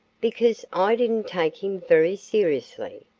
because i didn't take him very seriously.